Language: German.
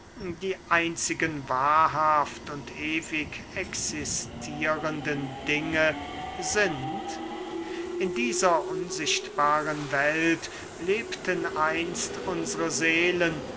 die einzigen wahrhaft und ewig existierenden dinge sind in dieser unsichtbaren welt lebten einst unsre seelen